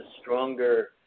stronger